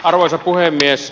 arvoisa puhemies